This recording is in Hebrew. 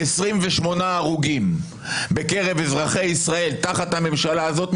28 הרוגים בקרב אזרחי ישראל תחת הממשלה הזאת,